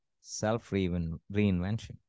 self-reinvention